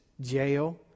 jail